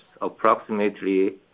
approximately